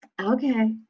Okay